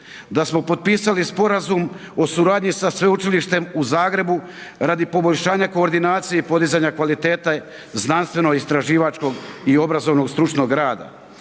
da smo potpisali sporazum o suradnji sa Sveučilištem u Zagrebu radi poboljšanja koordinacije i podizanja kvalitete znanstveno-istraživačkog i obrazovnog stručnog rada.